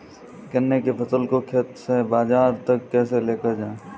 गन्ने की फसल को खेत से बाजार तक कैसे लेकर जाएँ?